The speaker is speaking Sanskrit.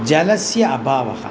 जलस्य अभावः